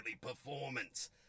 performance